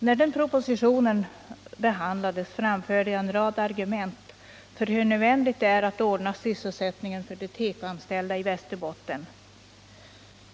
När propositionen behandlades framförde jag en rad argument för hur nödvändigt det är att ordna sysselsättningen för de tekoanställda i Västerbotten.